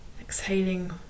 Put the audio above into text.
exhaling